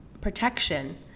protection